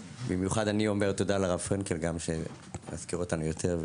במיוחד אני אומר תודה לרב פרנקל גם שמזכיר אותנו יותר,